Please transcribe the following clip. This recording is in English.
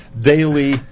daily